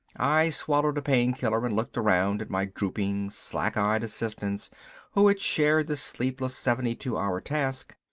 i swallowed a painkiller and looked around at my drooping, sack-eyed assistants who had shared the sleepless seventy-two hour task.